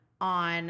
on